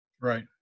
right